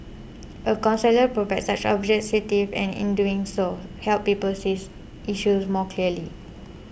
a counsellor provides such objectivity and in doing so helps people see issues more clearly